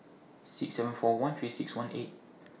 six seven four one three six one eight